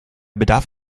bedarf